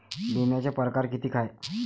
बिम्याचे परकार कितीक हाय?